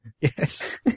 Yes